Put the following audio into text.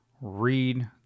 read